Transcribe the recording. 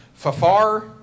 Fafar